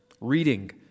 reading